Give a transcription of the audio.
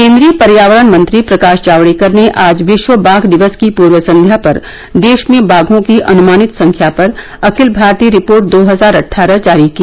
केन्द्रीय पर्यावरण मंत्री प्रकाश जावडेकर ने आज विश्व बाघ दिवस की पूर्व संध्या पर देश में बाघों की अनुमानित संख्या पर अखिल भारतीय रिपोर्ट दो हजार अट्ठारह जारी की